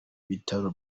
bitaro